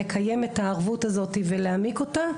לקיים את הערבות הזאתי ולהעמיק אותה,